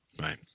right